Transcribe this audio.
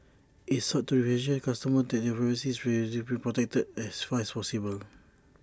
IT sought to reassure customers that their privacy is being protected as far as possible